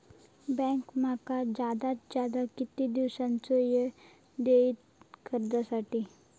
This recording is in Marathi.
बँक माका जादात जादा किती दिवसाचो येळ देयीत कर्जासाठी?